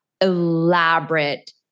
elaborate